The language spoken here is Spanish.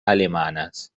alemanas